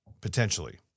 potentially